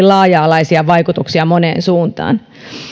laaja alaisia vaikutuksia moneen suuntaan